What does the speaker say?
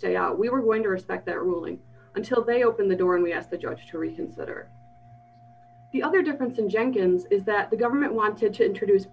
stay out we were going to respect that ruling until they open the door and we asked the judge to reconsider the other difference in jenkins is that the government wanted to introduce